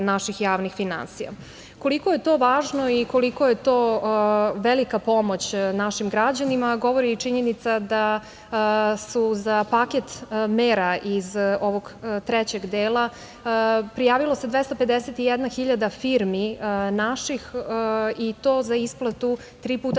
naših javnih finansija. Koliko je to važno i koliko je to velika pomoć našim građanima govori i činjenica da se za paket mera iz ovog trećeg dela prijavilo 251.000 firmi naših i to za isplatu tri puta